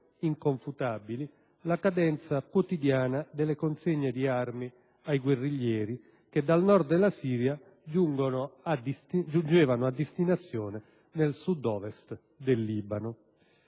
inconfutabili, la cadenza quotidiana delle consegne di armi ai guerriglieri che dal Nord della Siria giungevano a destinazione nel Sud-Ovest del Libano.